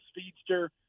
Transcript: speedster